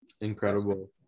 incredible